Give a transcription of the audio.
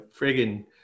friggin